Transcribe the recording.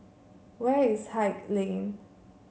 where is Haig Lane